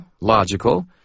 logical